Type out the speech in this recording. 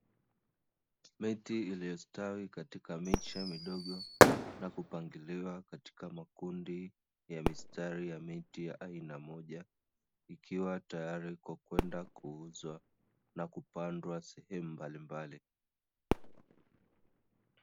Miti iliyostawi katika miche midogo, na kupangiliwa katika makundi ya mistari ya aina moja, ikiwa tayari kwenda kuuzwa na kupandwa sehemu mbalimbali.